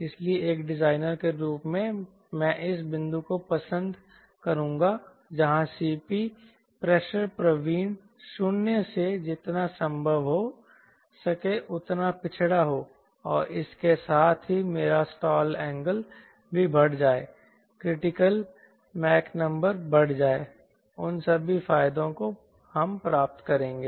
इसलिए एक डिजाइनर के रूप में मैं इस बिंदु को पसंद करूंगा जहां Cp प्रेशर प्रवीण 0 से जितना संभव हो सके उतना पिछड़ा हो और इसके साथ ही मेरा स्टॉल एंगल भी बढ़ जाए क्रिटिकल मैक नंबर बढ़ जाए उन सभी फायदों को हम प्राप्त करेंगे